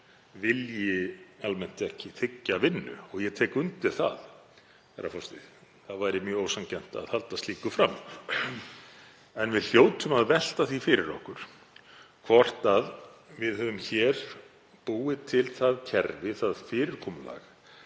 vilji almennt ekki þiggja vinnu, og ég tek undir það, það væri mjög ósanngjarnt að halda slíku fram. En við hljótum að velta því fyrir okkur hvort við höfum hér búið til það kerfi, það fyrirkomulag,